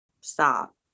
stop